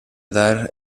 dar